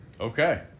Okay